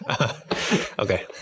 Okay